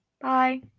Bye